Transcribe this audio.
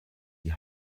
die